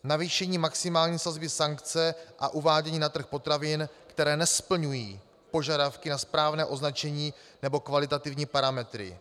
Navýšení maximální sazby sankce a uvádění na trh potravin, které nesplňují požadavky na správné označení nebo kvalitativní parametry.